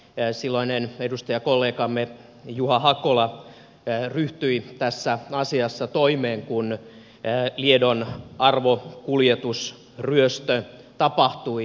silloinen edustajakollegamme juha hakola ryhtyi tässä asiassa toimeen kun liedon arvokuljetusryöstö tapahtui